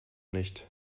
nicht